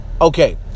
okay